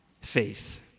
faith